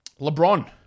LeBron